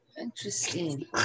Interesting